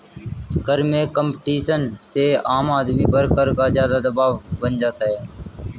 कर में कम्पटीशन से आम आदमी पर कर का ज़्यादा दवाब बन जाता है